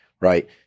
right